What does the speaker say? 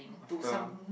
after